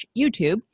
YouTube